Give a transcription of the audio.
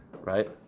Right